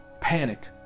panic